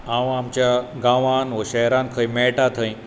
हांव आमच्या गावांत व शहरांत खंय मेळटा थंय